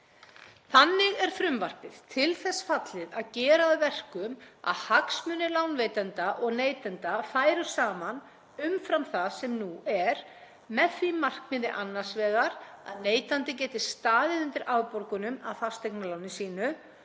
Þannig er frumvarpið til þess fallið að gera að verkum að hagsmunir lánveitanda og neytanda færu saman umfram það sem nú er með því markmiði annars vegar að neytandi geti staðið undir afborgunum af fasteignaláni sínu